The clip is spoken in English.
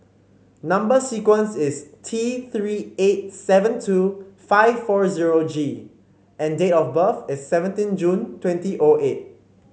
number sequence is T Three eight seven two five four zero G and date of birth is seventeen June twenty O eight